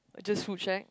just food shack